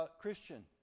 Christian